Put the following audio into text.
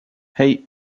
hei